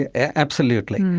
absolutely.